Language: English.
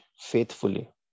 faithfully